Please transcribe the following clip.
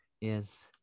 Yes